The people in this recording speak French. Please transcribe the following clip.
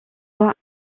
voix